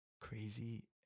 crazy